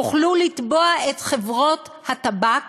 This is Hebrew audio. יוכלו לתבוע את חברות הטבק,